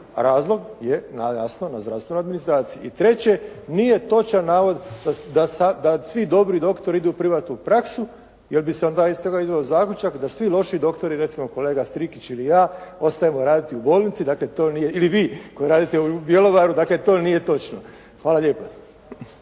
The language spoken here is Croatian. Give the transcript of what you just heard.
Razlog je jasno na zdravstvenoj administraciji. I treće. Nije točan navod da svi dobri doktori idu u privatnu praksu, jer bi se onda iz toga izveo zaključak da svi loši doktori, recimo kolega Strikić ili ja ostajemo raditi u bolnici. Dakle, to nije, ili vi koji radite u Bjelovaru. Dakle, to nije točno. Hvala lijepa.